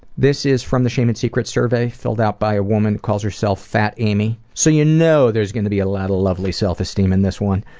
this is from the shame and secrets survey filled out by a woman who calls herself fat amy. so you know there's gonna be a lot of lovely self-esteem in this one.